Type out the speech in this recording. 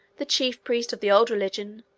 the chief priest of the old religion,